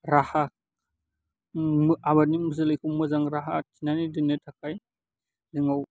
राहा आबादनि जोलैखौ मोजां राहा थिनानै दोन्नो थाखाय जोंनाव